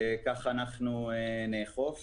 כך אנחנו נאכף.